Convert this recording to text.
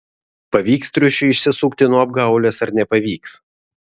pavyks triušiui išsisukti nuo apgaulės ar nepavyks